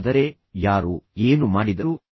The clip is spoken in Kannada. ಹಾಗಾದರೆ ಯಾರು ಏನು ಮಾಡಿದರು